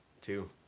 two